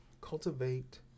cultivate